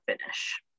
finish